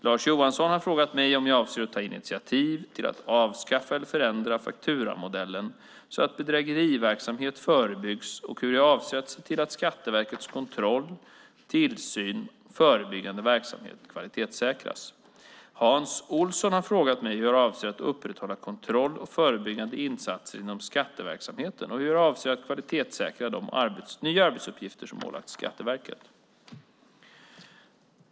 Lars Johansson har frågat mig om jag avser att ta initiativ till att avskaffa eller förändra fakturamodellen så att bedrägeriverksamhet förebyggs och hur jag avser att se till att Skatteverkets kontroll och tillsynsverksamhet och förebyggande verksamhet kvalitetssäkras. Hans Olsson har frågat mig hur jag avser att upprätthålla kontroll och förebyggande insatser inom skatteverksamheten och hur jag avser att kvalitetssäkra de nya arbetsuppgifter som ålagts Skatteverket.